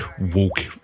walk